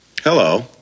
Hello